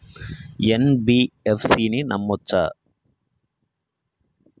NBFC ని నమ్మచ్చా?